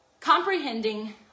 comprehending